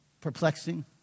perplexing